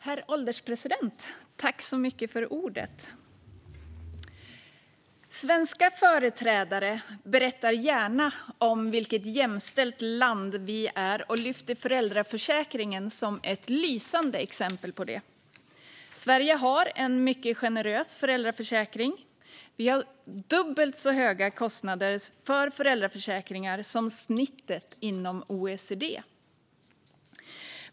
Herr ålderspresident! Svenska företrädare berättar gärna om vilket jämställt land Sverige är och lyfter föräldraförsäkringen som ett lysande exempel på det. Sverige har en mycket generös föräldraförsäkring. Vi har dubbelt så höga kostnader för föräldraförsäkringar som snittet inom OECD.